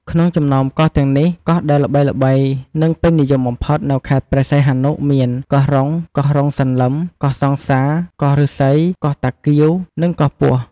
ក្នុងចំណោមកោះទាំងនេះ កោះដែលល្បីៗ និងពេញនិយមបំផុតនៅខេត្តព្រះសីហនុ មាន កោះរុង កោះរ៉ុងសន្លឹម កោះសង្សារ កោះឫស្សី កោះតាគៀវ និងកោះពស់។